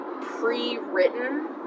pre-written